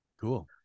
Cool